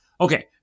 Okay